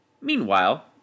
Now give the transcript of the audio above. Meanwhile